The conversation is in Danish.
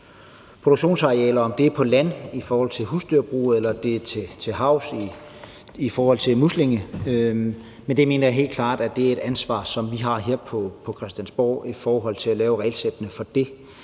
produktionsarealer – om det er på land i forhold til husdyrbrug, eller det er til havs i forhold til muslingeopdræt – men det mener jeg helt klart er et ansvar, som vi har her på Christiansborg i forhold til at lave regelsættene for det.